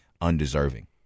undeserving